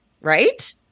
Right